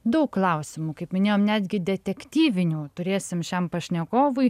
daug klausimų kaip minėjom netgi detektyvinių turėsim šiam pašnekovui